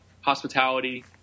hospitality